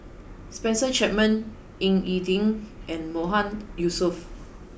Spencer Chapman Ying E Ding and Mahmood Yusof